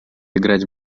играть